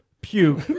puke